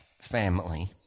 family